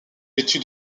vêtu